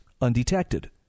undetected